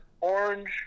orange